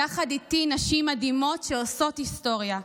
יחד איתי נשים מדהימות שעושות היסטוריה.